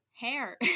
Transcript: hair